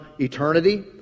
eternity